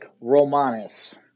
Romanus